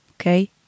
Okay